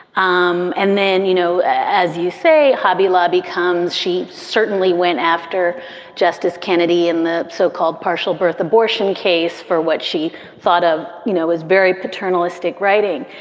um and then, you know, as you say, hobby lobby comes. she certainly went after justice kennedy in the so-called partial birth abortion case for what she thought of, you know, as very paternalistic writing.